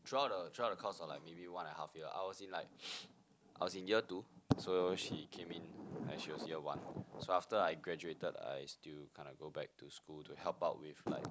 throughout the throughout the course of maybe like one and a half year I was in like I was in year two so she came in and she was year one so after I graduated I still kinda go back to school to help out with like